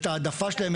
את ההעדפה שלהם,